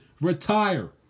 Retire